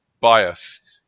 bias